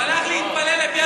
הוא הלך להקריב קורבנות.